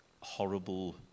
horrible